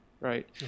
right